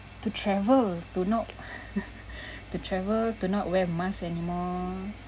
to travel to not to travel to not wear mask any more